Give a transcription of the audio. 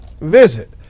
visit